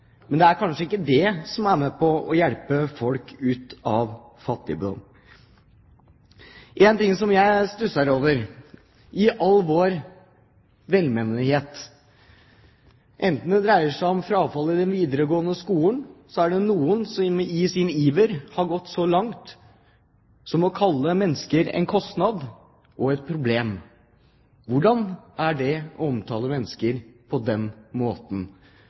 Men det er kanskje ikke det som er med på å hjelpe folk ut av fattigdom. Én ting som jeg stusser over – i all vår velvilje – enten det dreier seg om frafall i den videregående skolen eller annet, er at det er noen som i sin iver har gått så langt som å kalle mennesker for en kostnad og et problem. Hvordan går det an å omtale mennesker på den måten?